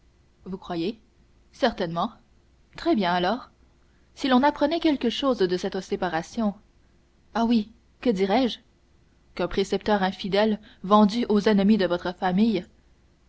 vous croyez certainement très bien alors si l'on apprenait quelque chose de cette séparation ah oui que dirais-je qu'un précepteur infidèle vendu aux ennemis de votre famille